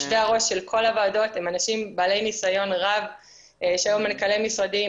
יושבי-הראש של כל הוועדות הם אנשים בעלי ניסיון רב שהיו מנכ"לי משרדים,